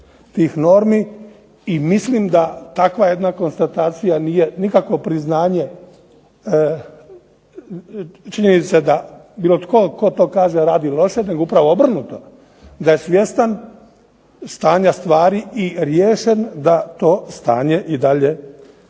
tih normi i mislim da takva jedna konstatacija nije nikakvo priznanje činjenice da bilo tko tko to kaže radi loše nego upravo obrnuto, da je svjestan stanja stvari i riješen da to stanje i dalje